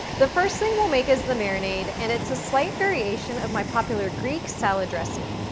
the first thing we'll make is the marinade, and it's a slight variation of my popular greek salad dressing,